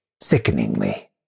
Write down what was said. sickeningly